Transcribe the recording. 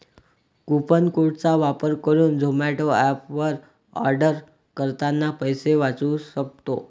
coupon code चा वापर करुन झोमाटो एप वर आर्डर करतांना पैसे वाचउ सक्तो